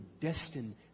destined